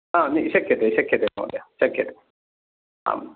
हा शक्यते शक्यते महोदयः शक्यते आम्